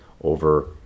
over